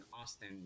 Austin